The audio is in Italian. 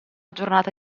giornata